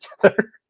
together